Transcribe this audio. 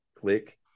click